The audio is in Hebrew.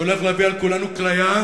שהולך להביא על כולנו כליה,